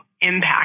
impact